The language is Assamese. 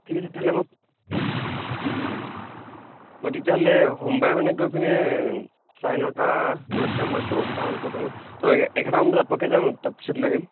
ঠিক আছে তেতিয়াহ'লে মই মই তেতিয়াহ'লে সোমবাৰেমানে গৈ পিনে চাৰে নটা বজাত যাম মই দহটামানত পোৱাকৈ তো এঘাৰটামান বজাত পোৱাকৈ যাম তাৰপিছত লৈ আহিম